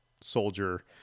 soldier